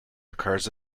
occurs